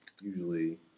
usually